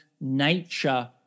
nature